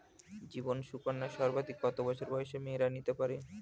জীবন সুকন্যা সর্বাধিক কত বছর বয়সের মেয়েরা নিতে পারে?